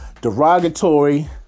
derogatory